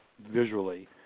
visually